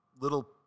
little